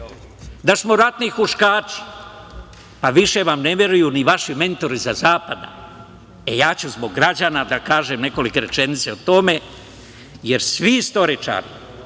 da smo ratnih huškači. Pa, više vam ne veruju ni vaši mentori sa zapada. Ja ću zbog građana da kažem nekolike rečenice o tome, jer svi istoričari,